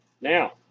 Now